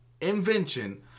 invention